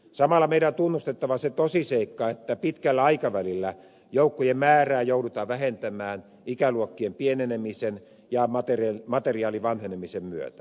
samalla meidän on tunnustettava se tosiseikka että pitkällä aikavälillä joukkojen määrää joudutaan vähentämään ikäluokkien pienenemisen ja materiaalin vanhenemisen myötä